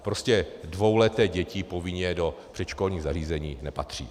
Prostě dvouleté děti povinně do předškolních zařízení nepatří.